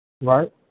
right